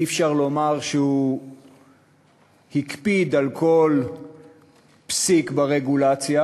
אי-אפשר לומר שהוא הקפיד על כל פסיק ברגולציה,